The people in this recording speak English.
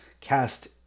cast